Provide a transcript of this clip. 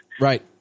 Right